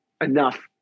enough